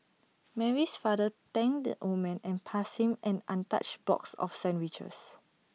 Mary's father thanked the old man and passed him an untouched box of sandwiches